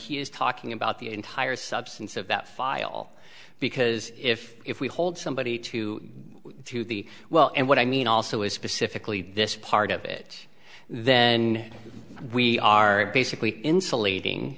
he is talking about the entire substance of that file because if if we hold somebody to the well and what i mean also is specifically this part of it then we are basically insulating